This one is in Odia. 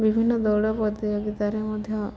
ବିଭିନ୍ନ ଦୌଡ଼ ପ୍ରତିଯୋଗିତାରେ ମଧ୍ୟ